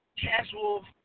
casual